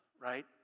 right